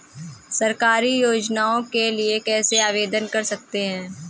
सरकारी योजनाओं के लिए कैसे आवेदन कर सकते हैं?